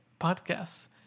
podcasts